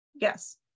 yes